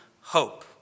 hope